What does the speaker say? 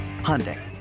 Hyundai